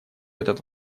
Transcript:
этот